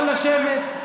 אתה יכול לשבת,